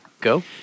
go